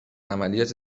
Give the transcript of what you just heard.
عملیات